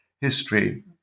history